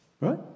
right